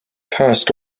passed